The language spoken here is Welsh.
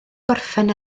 gorffen